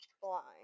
blind